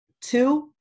Two